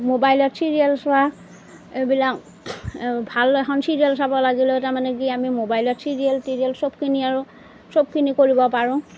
মোবাইলত চিৰিয়েল চোৱা এইবিলাক ভাল এখন চিৰিয়েল চাব লাগিলেও তাৰমানে কি আমি মোবাইলত চিৰিয়েল তিৰিয়েল চবখিনি আৰু চবখিনি কৰিব পাৰোঁ